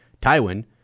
tywin